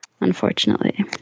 unfortunately